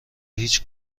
هیچ